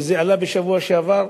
כשזה עלה בשבוע שעבר,